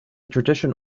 tradition